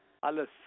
alles